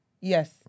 Yes